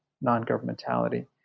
non-governmentality